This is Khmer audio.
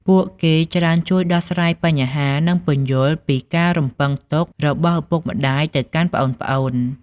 ពួកគេច្រើនជួយដោះស្រាយបញ្ហា និងពន្យល់ពីការរំពឹងទុករបស់ឪពុកម្ដាយទៅកាន់ប្អូនៗ។